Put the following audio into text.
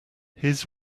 his